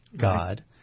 God